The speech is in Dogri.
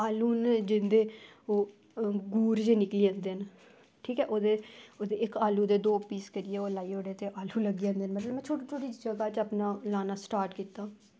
आलू बी ते उंदे ओह् ङूर नेह् निकली जंदे न ते ओह्दे ओह् आलू दे दौ पीस करियै ओह् आलू लग्गी जंदे ते ओह् मतलब छोटे छोटे करियै अपना स्टार्ट कीता